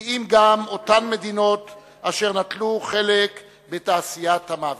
כי אם גם אותן מדינות אשר נטלו חלק בתעשיית המוות,